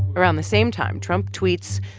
around the same time, trump tweets,